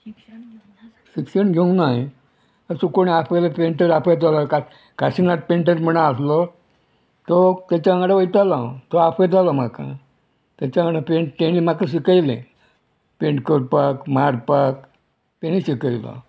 शिक्षण घेवंक ना हांयें आसूं कोणें आपयलो पेंटर आपयतालो काशिनाथ पेंटर म्हणा आहलो तो तेच्या वांगडा वयतालो हांव तो आपयतालो म्हाका तेच्या वांगडा पेंट तेणी म्हाका शिकयलें पेंट करपाक मारपाक तेणी शिकयलें